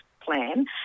plan